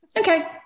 okay